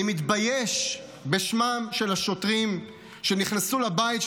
אני מתבייש בשמם של השוטרים שנכנסו לבית של